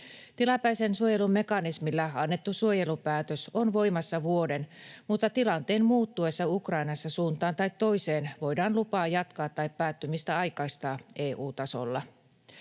Tilapäisen suojelun mekanismilla annettu suojelupäätös on voimassa vuoden, mutta tilanteen muuttuessa Ukrainassa suuntaan tai toiseen voidaan lupaa jatkaa tai päättymistä aikaistaa EU-tasolla.